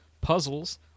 puzzles